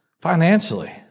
financially